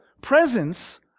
presence